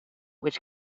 which